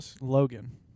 Logan